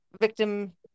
victim